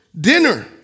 dinner